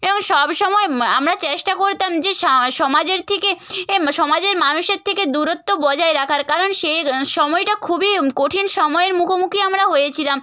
এবং সবসময় আমরা চেষ্টা করতাম যে সা সমাজের থেকে এ সমাজের মানুষের থেকে দূরত্ব বজায় রাখার কারণ সে সময়টা খুবই কঠিন সময়ের মুখোমুখি আমরা হয়েছিলাম